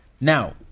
now